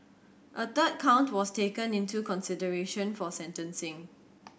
a third count was taken into consideration for sentencing